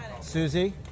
Susie